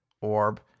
orb